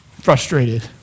frustrated